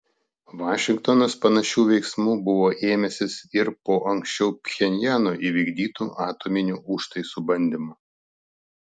vašingtonas panašių veiksmų buvo ėmęsis ir po anksčiau pchenjano įvykdytų atominių užtaisų bandymų